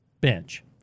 bench